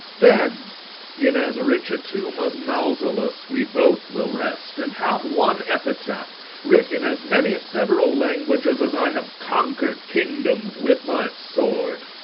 then in as rich a tomb as mausolus' we both will rest, and have one epitaph writ in as many several languages as i have conquer'd kingdoms with my sword.